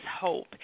hope